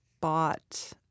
bought